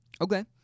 Okay